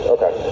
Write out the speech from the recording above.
Okay